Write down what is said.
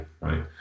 right